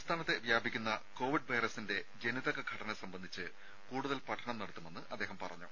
സംസ്ഥാനത്ത് വ്യാപിക്കുന്ന കോവിഡ് വൈറസിന്റെ ജനിതക ഘടന സംബന്ധിച്ച് കൂടുതൽ പഠനം നടത്തുമെന്ന് അദ്ദേഹം പറഞ്ഞു